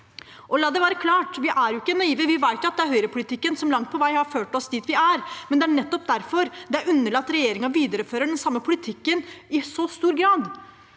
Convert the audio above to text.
La det være klart: Vi er ikke naive. Vi vet at det er høyrepolitikken som langt på vei har ført oss dit vi er. Nettopp derfor er det underlig at regjeringen viderefører den samme politikken i så stor grad.